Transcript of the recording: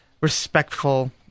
respectful